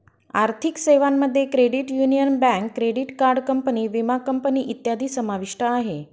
आर्थिक सेवांमध्ये credit union, bank, credit card company, विमा कंपनी इत्यादी समाविष्ट आहे